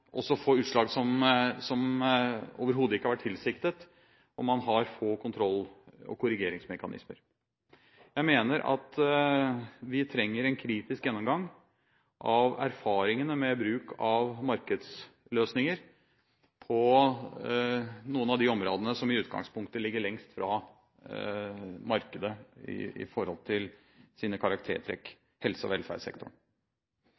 også få utslag som overhodet ikke har vært tilsiktet, og man har få kontroll- og korrigeringsmekanismer. Jeg mener at vi trenger en kritisk gjennomgang av erfaringene med bruk av markedsløsninger på noen av de områdene som i utgangspunktet ligger lengst fra markedet i forhold til sine